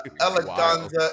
Eleganza